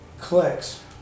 Clicks